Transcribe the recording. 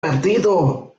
perdido